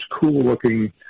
cool-looking